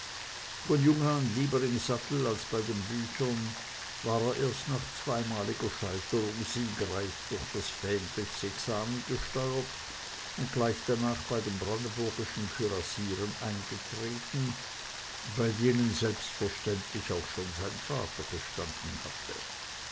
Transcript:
von jung an lieber im sattel als bei den büchern war er erst nach zweimaliger scheiterung siegreich durch das fähnrichsexamen gesteuert und gleich darnach bei den brandenburgischen kürassieren eingetreten bei denen selbstverständlich auch schon sein vater gestanden hatte